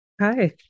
Hi